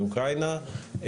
באוקראינה,